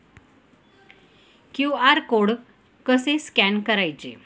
QR code कसे scan करायचे?